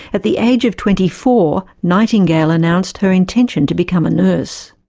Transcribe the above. at the age of twenty four, nightingale announced her intention to become a nurse.